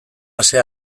ase